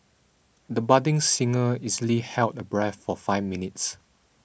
the budding singer easily held her breath for five minutes